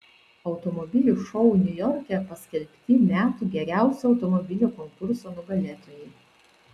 automobilių šou niujorke paskelbti metų geriausio automobilio konkurso nugalėtojai